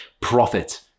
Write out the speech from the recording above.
profit